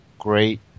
great